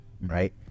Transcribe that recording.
Right